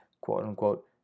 quote-unquote